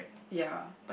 ya